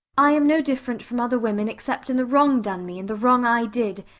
i am no different from other women except in the wrong done me and the wrong i did,